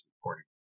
reporting